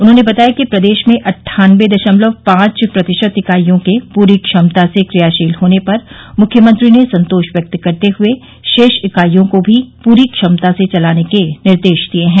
उन्होंने बताया कि प्रदेश में अन्ठानबे दशमलव पांच प्रतिशत इकाईयों के पूरी क्षमता से क्रियाशील होने पर मुख्यमंत्री ने संतोष व्यक्त करते हए शेष इकाईयों को भी प्ररी क्षमता से चलाने के निर्देश दिये हैं